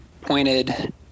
pointed